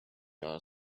are